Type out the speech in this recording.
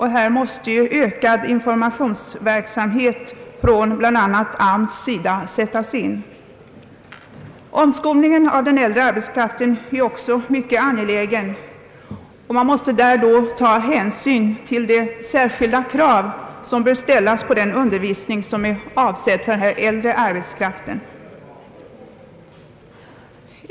Här måste ökad informationsverksamhet från bl.a. AMS” sida sättas in. Omskolningen av den äldre arbetskraften är också mycket angelägen och man måste där då ta hänsyn till de särskilda krav som bör ställas på den undervisning som är avsedd för denna arbetskraft.